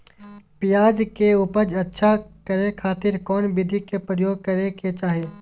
प्याज के उपज अच्छा करे खातिर कौन विधि के प्रयोग करे के चाही?